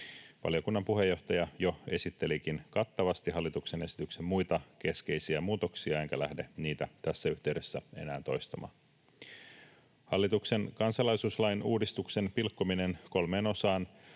Valiokunnan puheenjohtaja jo esittelikin kattavasti hallituksen esityksen muita keskeisiä muutoksia, enkä lähde niitä tässä yhteydessä enää toistamaan. Hallituksen kansalaisuuslain uudistuksen pilkkominen kolmeen osaan